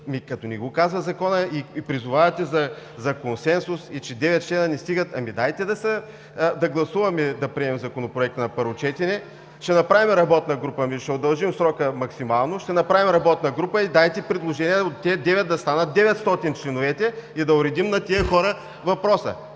като не го казва Законът и призовавате за консенсус, че девет члена не стигат, ами, дайте да гласуваме и да приемем Законопроекта на първо четене. Ще направим работна група, ще удължим срока максимално, дайте предложения от тези девет да станат 900 членовете, и да уредим на тези хора въпроса.